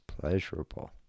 pleasurable